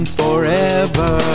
forever